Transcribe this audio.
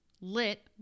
lit